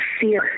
fear